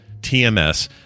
TMS